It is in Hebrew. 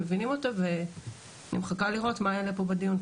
אני מחכה לראות מה יעלה פה בדיון.